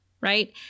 right